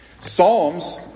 Psalms